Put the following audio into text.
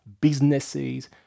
businesses